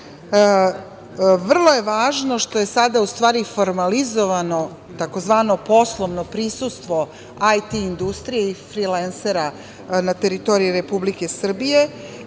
je važno što je sada, u stvari, formalizovano tzv. poslovno prisustvo IT industrije i frilensera na teritoriji Republike Srbije,